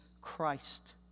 Christ